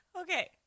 okay